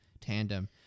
tandem